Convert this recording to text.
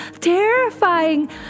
terrifying